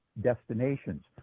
destinations